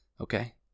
okay